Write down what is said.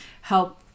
help